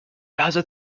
لحظه